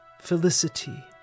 felicity